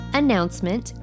announcement